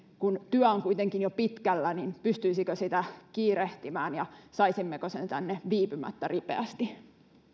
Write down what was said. kun työ on kuitenkin jo pitkällä niin pystyisikö sitä kiirehtimään ja saisimmeko sen tänne viipymättä ripeästi